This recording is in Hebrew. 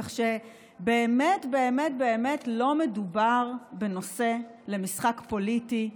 כך שבאמת באמת באמת לא מדובר בנושא למשחק פוליטי,